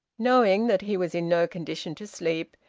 knowing that he was in no condition to sleep,